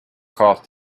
cost